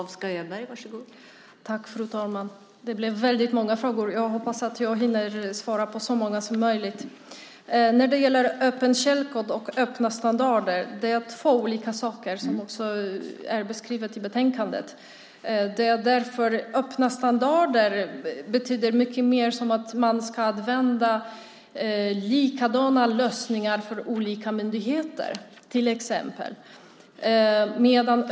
Fru talman! Det blev många frågor. Jag hoppas att jag hinner svara på så många som möjligt. Öppen källkod och öppna standarder är två olika saker, vilket också beskrivs i betänkandet. Öppna standarder betyder till exempel att man ska använda likadana lösningar för olika myndigheter.